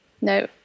No